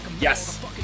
Yes